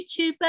YouTuber